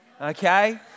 Okay